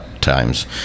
times